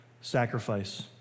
sacrifice